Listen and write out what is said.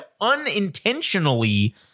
unintentionally